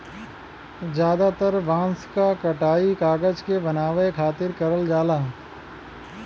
जादातर बांस क कटाई कागज के बनावे खातिर करल जाला